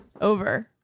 Over